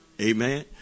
Amen